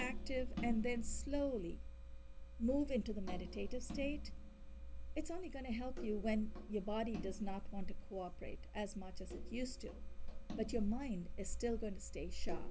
active and then slowly move into the meditative state it's only going to help you when your body does not want to cooperate as much as it used to but your mind is still good st